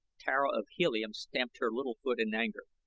tara of helium stamped her little foot in anger.